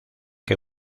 que